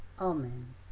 Amen